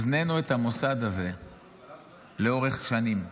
הזנינו את המוסד הזה לאורך שנים.